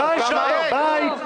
--- אתם בורחים מאחריות.